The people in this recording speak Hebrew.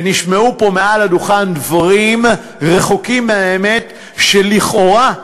ונשמעו פה מעל הדוכן דברים רחוקים מהאמת, שלכאורה,